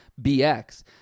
BX